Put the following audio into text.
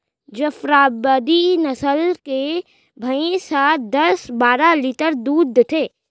जफराबादी नसल के भईंस ह दस बारा लीटर दूद देथे